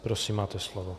Prosím, máte slovo.